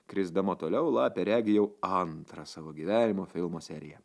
krisdama toliau lapė regi jau antrą savo gyvenimo filmo seriją